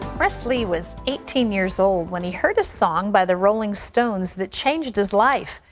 russ lee was eighteen years old when he heard a song by the rolling stones that changed his life.